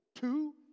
Two